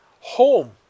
home